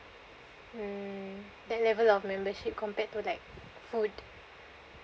um that level of membership compared to like food